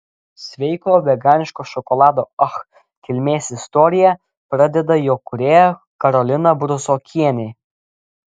sveiko veganiško šokolado ach kilmės istoriją pradeda jo kūrėja karolina brusokienė